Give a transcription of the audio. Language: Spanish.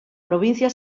provincia